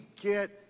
get